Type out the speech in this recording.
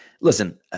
listen